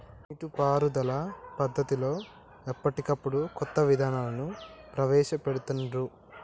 నీటి పారుదల పద్దతులలో ఎప్పటికప్పుడు కొత్త విధానాలను ప్రవేశ పెడుతాన్రు